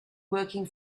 working